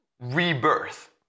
rebirth